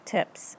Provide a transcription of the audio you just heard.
Tips